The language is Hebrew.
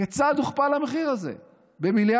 כיצד הוכפל המחיר הזה במיליארדים?